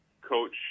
Coach